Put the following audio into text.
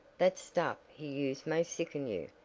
that stuff he used may sicken you.